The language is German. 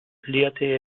lehrte